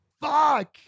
Fuck